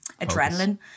adrenaline